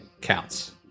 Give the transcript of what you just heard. counts